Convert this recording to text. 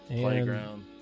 Playground